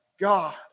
God